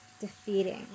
defeating